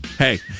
Hey